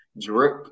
Drip